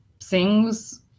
sings